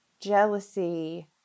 jealousy